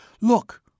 Look